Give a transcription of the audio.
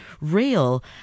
real